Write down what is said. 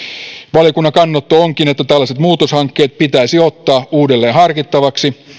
valiokunnan kannanotto onkin että tällaiset muutoshankkeet pitäisi ottaa uudelleen harkittavaksi